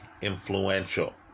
influential